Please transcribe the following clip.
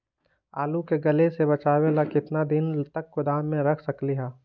आलू के गले से बचाबे ला कितना दिन तक गोदाम में रख सकली ह?